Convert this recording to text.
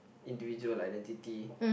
individual identity